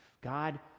God